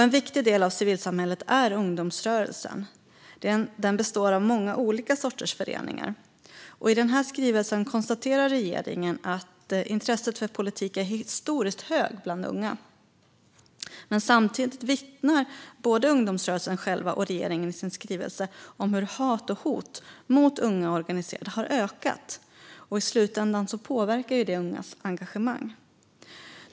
En viktig del av civilsamhället är ungdomsrörelsen, som består av många olika sorters föreningar. I den här skrivelsen konstaterar regeringen att intresset för politik är historiskt högt bland unga, men samtidigt vittnar både ungdomsrörelsen själv och regeringen i sin skrivelse om hur hat och hot mot unga organiserade har ökat och att det i slutändan påverkar ungas engagemang.